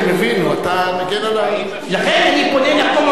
אתה מגן על, לכן אני פונה ל-common sense.